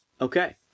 Okay